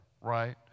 right